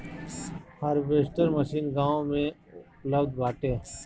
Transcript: harvester machine गाँव में उपलब्ध बाटे